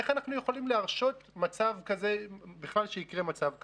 איך אנחנו יכולים להרשות בכלל שיקרה מצב כזה?